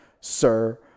sir